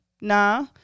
nah